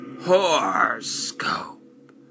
Horoscope